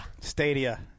Stadia